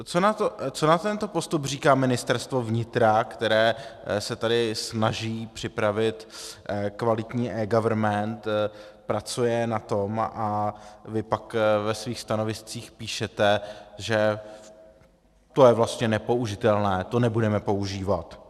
Co na tento postup říká Ministerstvo vnitra, které se tady snaží připravit kvalitní eGovernment, pracuje na tom, a vy pak ve svých stanoviscích píšete, že to je vlastně nepoužitelné, to nebudeme používat?